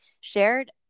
shared